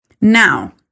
now